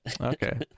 okay